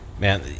man